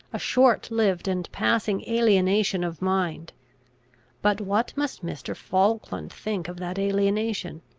a short-lived and passing alienation of mind but what must mr. falkland think of that alienation?